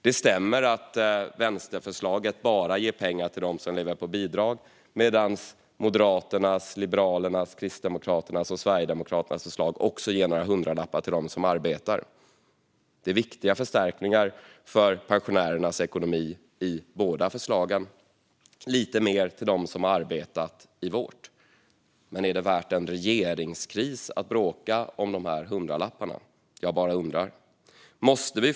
Det stämmer att vänsterförslaget ger pengar bara till dem som lever på bidrag, medan Moderaternas, Liberalernas, Kristdemokraternas och Sverigedemokraternas förslag ger några hundralappar också till dem som har arbetat. Det är viktiga förstärkningar för pensionärernas ekonomi i båda förslagen, men lite mer till dem som har arbetat i vårt förslag. Men är det värt en regeringskris att bråka om dessa hundralappar? Jag bara undrar. Fru talman!